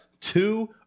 two